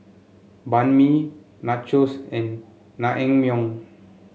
Banh Mi Nachos and Naengmyeon